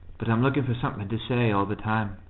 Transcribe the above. but i'm looking for something to say all the time.